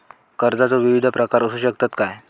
कर्जाचो विविध प्रकार असु शकतत काय?